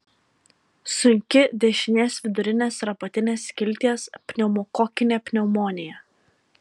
sunki dešinės vidurinės ir apatinės skilties pneumokokinė pneumonija